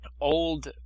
old